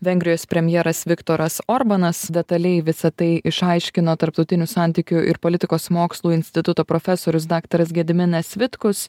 vengrijos premjeras viktoras orbanas detaliai visa tai išaiškino tarptautinių santykių ir politikos mokslų instituto profesorius daktaras gediminas vitkus